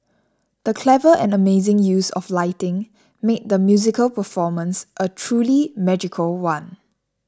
the clever and amazing use of lighting made the musical performance a truly magical one